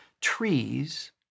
trees